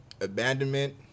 Abandonment